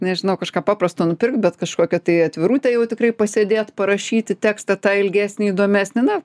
nežinau kažką paprasto nupirkt bet kažkokią tai atvirutę jau tikrai pasėdėt parašyti tekstą tą ilgesnį įdomesnį na